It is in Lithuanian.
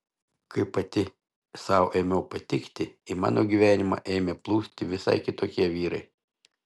kai pati sau ėmiau patikti į mano gyvenimą ėmė plūsti visai kitokie vyrai